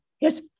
Yes